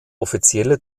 offizielle